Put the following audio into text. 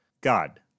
God